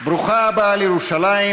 (מחיאות כפיים) ברוכה הבאה לירושלים,